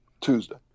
Tuesday